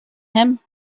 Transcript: him